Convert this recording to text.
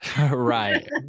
Right